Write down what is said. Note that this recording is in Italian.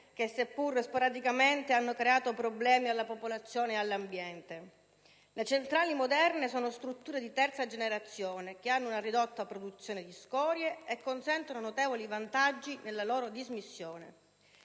che, seppur sporadicamente, hanno creato problemi alla popolazione e all'ambiente. Le centrali moderne sono strutture di terza generazione che hanno una ridotta produzione di scorie e consentono notevoli vantaggi nella loro dismissione.